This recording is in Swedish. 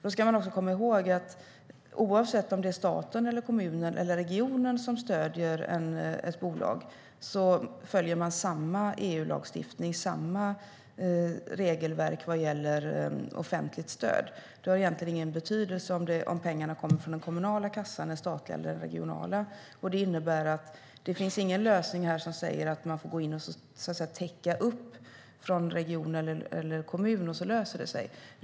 Då ska man också komma ihåg att oavsett om det är staten, kommunen eller regionen som stöder ett bolag följer man samma EU-lagstiftning och regelverk vad gäller offentligt stöd. Det har egentligen ingen betydelse om pengarna kommer från den kommunala, statliga eller regionala kassan. Detta innebär att det inte finns någon lösning som säger man får gå in och täcka upp från region eller kommun, och så löser det sig.